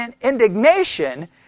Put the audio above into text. indignation